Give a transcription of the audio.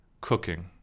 cooking